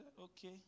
okay